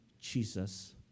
Jesus